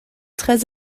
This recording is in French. très